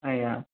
ଆଜ୍ଞା